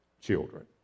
children